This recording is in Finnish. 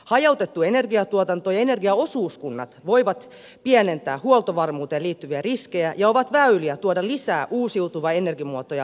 hajautettu energiatuotanto ja energiaosuuskunnat voivat pienentää huoltovarmuuteen liittyviä riskejä ja ovat väyliä tuoda lisää uusiutuvia energiamuotoja markkinoille